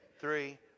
three